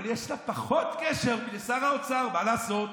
אבל יש לה פחות קשר מלשר האוצר, מה לעשות?